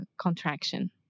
contraction